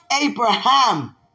Abraham